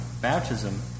baptism